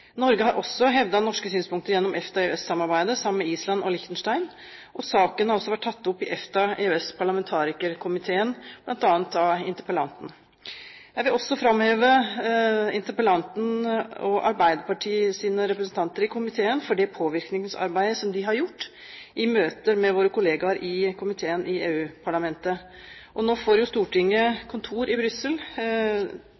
Norge har også hevdet norske synspunkter gjennom EFTA/EØS-samarbeidet sammen med Island og Liechtenstein, og saken har også vært tatt opp i EFTA/EØS-parlamentarikerkomiteen, bl.a. av interpellanten. Jeg vil også framheve interpellanten og Arbeiderpartiets representanter i komiteen for det påvirkningsarbeidet som de har gjort i møte med våre kolleger i komiteen i EU-parlamentet. Nå får jo Stortinget